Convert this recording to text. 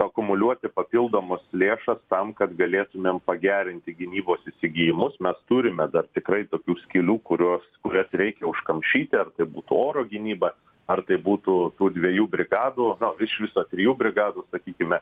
akumuliuoti papildomas lėšas tam kad galėtumėm pagerinti gynybos įsigijimus mes turime dar tikrai tokių skylių kurios kurias reikia užkamšyti ar tai būtų oro gynyba ar tai būtų tų dviejų brigadų iš viso trijų brigadų sakykime